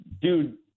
dude